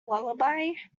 lullaby